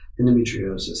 endometriosis